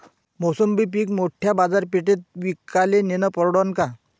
मोसंबी पीक मोठ्या बाजारपेठेत विकाले नेनं परवडन का?